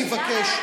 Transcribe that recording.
אני מבקש,